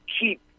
keep